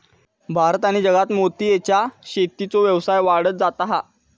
भारत आणि जगात मोतीयेच्या शेतीचो व्यवसाय वाढत जाता हा